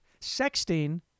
Sexting